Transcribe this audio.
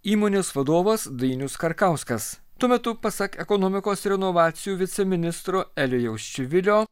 įmonės vadovas dainius karkauskas tuo metu pasak ekonomikos ir inovacijų viceministro elijaus čivilio